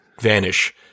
vanish